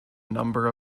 number